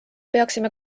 peaksime